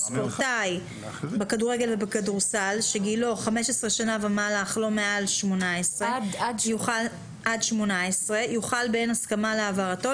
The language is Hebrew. ספורטאי בכדורגל ובכדורסל שגילו 15 שנה עד 18 יוכל באין הסכמה להעברתו,